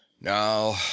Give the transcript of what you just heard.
Now